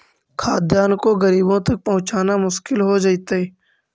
खाद्यान्न को गरीबों तक पहुंचाना मुश्किल हो जइतइ